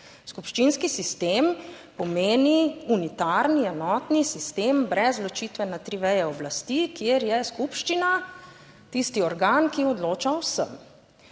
Skupščinski sistem pomeni unitarni enotni sistem brez ločitve na tri veje oblasti, kjer je skupščina, tisti organ, ki odloča o vsem.